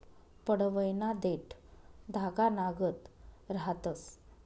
पडवयना देठं धागानागत रहातंस